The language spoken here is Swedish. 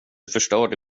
förstörde